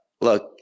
Look